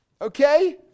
Okay